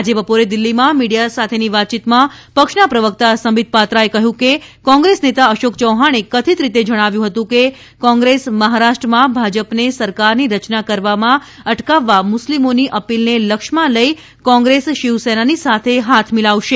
આજે બપોરે દિલ્ફીમાં મીડીયા સાથેની વાતચીતમાં પક્ષના પ્રવકતા સંબિત પાત્રાએ કહ્યું કે કોંગ્રેસનેતા અશોક ચૌહાણે કથિત રીતે જણાવ્યું હતું કે કોંગ્રેસ મહારાષ્ટ્રમાં ભાજપને સરકારની રચના કરવામાં અટકાવવા મુસ્લિમોની અપીલને લક્ષ્યમાં લઇ કોંગ્રેસ શિવસેનાની સાથે હાથ મિલાવશે